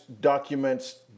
documents